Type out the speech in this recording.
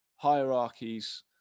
hierarchies